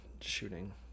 shooting